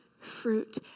fruit